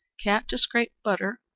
cat to scrape butter,